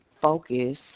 focus